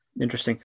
interesting